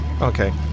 okay